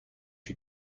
you